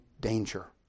danger